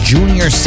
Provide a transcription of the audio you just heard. Junior